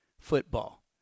football